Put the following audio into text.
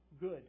good